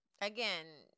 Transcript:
Again